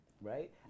Right